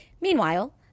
Meanwhile